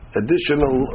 additional